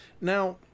Now